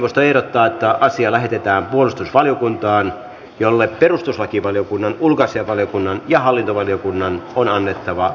puhemiesneuvosto ehdottaa että asia lähetetään puolustusvaliokuntaan jolle perustuslakivaliokunnan ulkoasiainvaliokunnan ja hallintovaliokunnan on annettava lausunto